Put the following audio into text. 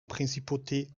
principauté